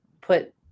put